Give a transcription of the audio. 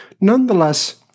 Nonetheless